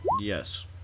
Yes